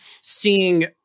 seeing